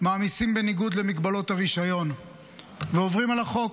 מעמיסים בניגוד למגבלות הרישיון ועוברים על החוק.